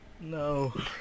No